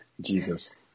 Jesus